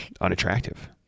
unattractive